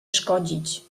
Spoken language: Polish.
szkodzić